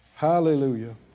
Hallelujah